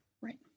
right